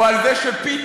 או על זה שפתאום,